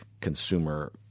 consumer